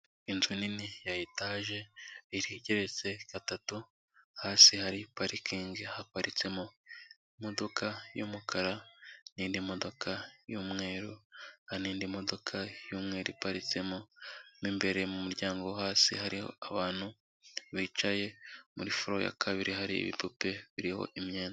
Inzu nini ya etaje igeretse gatatu, hasi hari parikingi haparitsemo imodoka y'umukara n'indi modoka y'umweru, hakaba n'indi modoka y'umweru iparitsemo, mo imbere mu muryango wo hasi hariho abantu bicaye, muri furo ya kabiri hari ibipupe biriho imyenda.